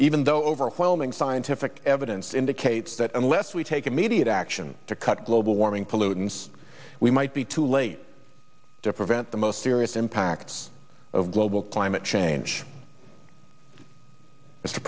even though overwhelming scientific evidence indicates that unless we take immediate action to cut global warming pollutants we might be too late to prevent the most serious impacts of global climate change